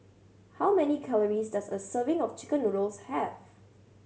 how many calories does a serving of chicken noodles have